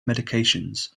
medications